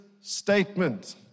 statement